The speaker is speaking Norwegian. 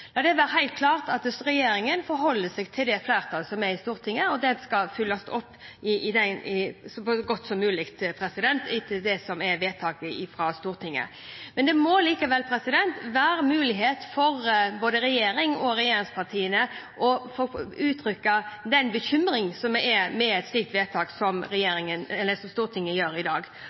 La det være helt klart at regjeringen forholder seg til det flertallet som er i Stortinget, og vedtak fra Stortinget skal oppfylles så godt som mulig. Men det må likevel være mulig for både regjeringen og regjeringspartiene å uttrykke bekymring i forbindelse med et slikt vedtak som Stortinget gjør i dag.